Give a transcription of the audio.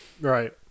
Right